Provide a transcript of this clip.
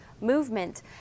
movement